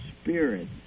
spirit